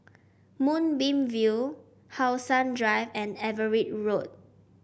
Moonbeam View How Sun Drive and Everitt Road